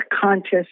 conscious